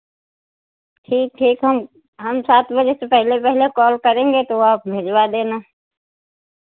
ठीक ठीक हम हम सात बजे से पहले पहले कॉल करेंगे तो आप भिजवा देना